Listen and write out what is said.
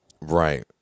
Right